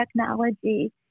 technology